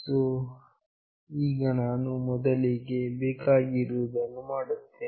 ಸೋಈಗ ನಾನು ಮೊದಲಿಗೆ ಬೇಕಾಗಿರುವುದನ್ನು ಮಾಡುತ್ತೇನೆ